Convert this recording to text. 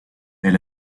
est